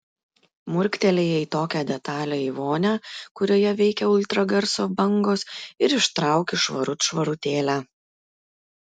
murktelėjai tokią detalią į vonią kurioje veikia ultragarso bangos ir ištrauki švarut švarutėlę